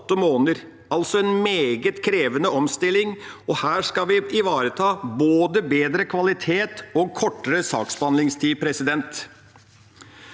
altså en meget krevende omstilling. Her skal vi ivareta både bedre kvalitet og kortere saksbehandlingstid. Det